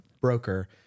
broker